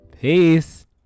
Peace